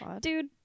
dude